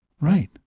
Right